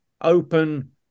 open